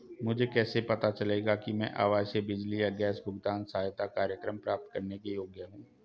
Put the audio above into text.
मुझे कैसे पता चलेगा कि मैं आवासीय बिजली या गैस भुगतान सहायता कार्यक्रम प्राप्त करने के योग्य हूँ?